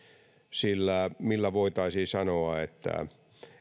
sillä millä voitaisiin sanoa että